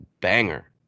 banger